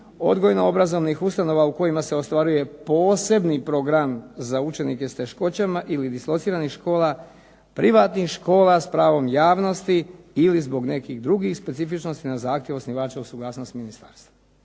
odgojno-obrazovnih ustanova u kojima se ostvaruje posebni program za učenike s teškoćama ili dislociranih škola, privatnih škola s pravom javnosti ili zbog nekih drugih specifičnosti na zahtjev osnivača uz suglasnost ministarstva.